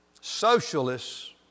Socialists